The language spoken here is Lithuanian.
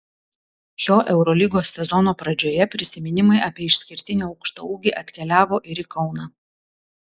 šio eurolygos sezono pradžioje prisiminimai apie išskirtinį aukštaūgį atkeliavo ir į kauną